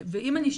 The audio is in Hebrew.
אני,